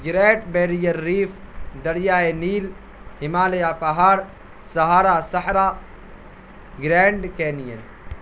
great Barrier Reef دریائے Nile Himalaya پہاڑ Sahara صحرا گرینڈ کینین